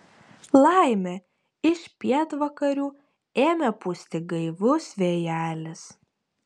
laimė iš pietvakarių ėmė pūsti gaivus vėjelis